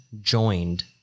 joined